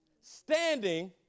standing